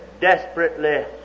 desperately